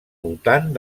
voltant